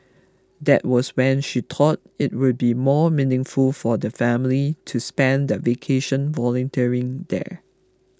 that was when she thought it would be more meaningful for the family to spend their vacation volunteering there